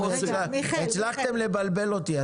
הצלחתם לבלבל אותי,